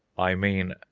i mean,